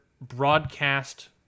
broadcast